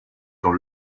dans